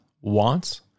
wants